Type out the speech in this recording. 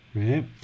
right